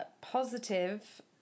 positive